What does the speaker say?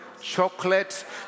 chocolate